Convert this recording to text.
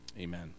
amen